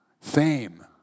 fame